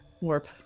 Warp